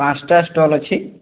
ପାଞ୍ଚଟା ଷ୍ଟଲ୍ ଅଛି